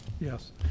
Yes